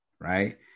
right